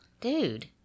Dude